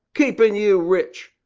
keepin you rich.